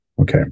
Okay